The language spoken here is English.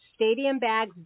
stadiumbags